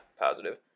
positive